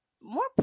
more